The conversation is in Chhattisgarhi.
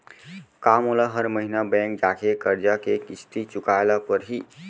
का मोला हर महीना बैंक जाके करजा के किस्ती चुकाए ल परहि?